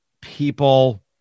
people